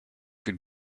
could